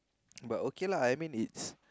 but okay lah I mean it's